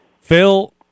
Phil